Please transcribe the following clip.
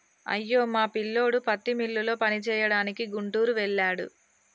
అయ్యో మా పిల్లోడు పత్తి మిల్లులో పనిచేయడానికి గుంటూరు వెళ్ళాడు